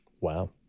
Wow